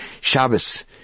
Shabbos